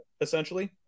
Essentially